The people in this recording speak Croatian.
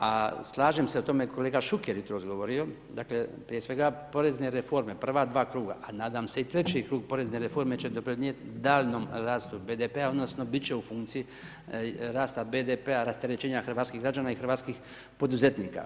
A slažem se o tome, kolega Šuker je jutros govorio, dakle prije svega, porezne reforme, prva dva kruga a nadam se i trći krug porezne reforme će doprinijeti daljnjem rastu BDP-a odnosno bit će u funkciji rasta BDP-a, rasterećenja hrvatskih građana i hrvatskih poduzetnika.